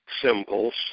symbols